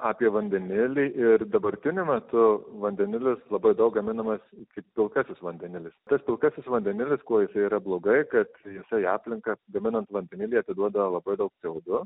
apie vandenilį ir dabartiniu metu vandenilis labai daug gaminamas kaip pilkasis vandenilis tas pilkasis vandenilis kuo jisai yra blogai kad jisai į aplinką gaminant vandenilį atiduoda labai daug c o du